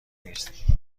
نیست